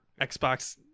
Xbox